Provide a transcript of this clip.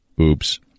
Oops